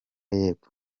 y’epfo